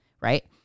right